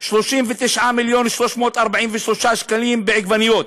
39 מיליון ו-343,000 שקלים בעגבניות,